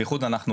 בייחוד אנחנו רם,